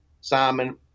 Simon